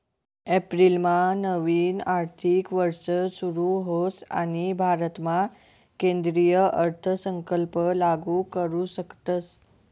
एप्रिलमा नवीन आर्थिक वर्ष सुरू होस आणि भारतामा केंद्रीय अर्थसंकल्प लागू करू शकतस